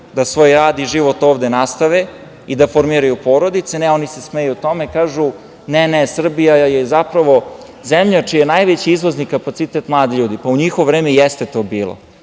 da svoj rad i život ovde nastave i da formiraju porodice. Oni se smeju tome i kažu - ne, ne, Srbija je zapravo zemlja čiji je najveći izvozni kapacitet mladi ljudi. Pa, u njihovo vreme i jeste to bilo.